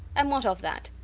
and what of that?